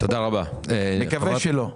נקווה שלא.